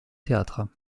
théâtre